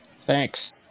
Thanks